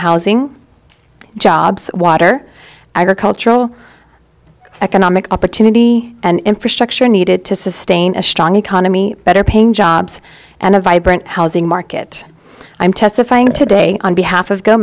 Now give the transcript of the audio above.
housing jobs water agricultural economic opportunity and infrastructure needed to sustain a strong economy better paying jobs and a vibrant housing market i'm testifying today on behalf of go